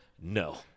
no